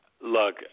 look